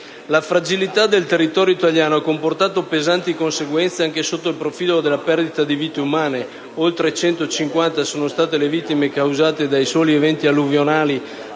La fragilità del territorio italiano ha comportato pesanti conseguenze anche sotto il profilo della perdita di vite umane. Si pensi infatti che oltre 150 sono state le vittime causate dai soli eventi alluvionali